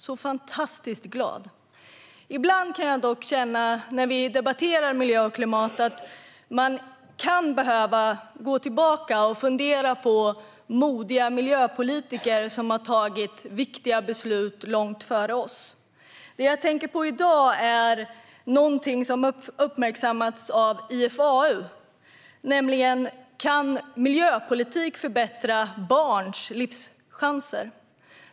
Ibland när vi debatterar miljö och klimat kan jag dock känna att man kan behöva gå tillbaka och fundera på modiga miljöpolitiker som har tagit viktiga beslut långt före oss. Det jag tänker på i dag är något som uppmärksammats av IFAU, nämligen att miljöpolitik kan förbättra barns livschanser.